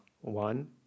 one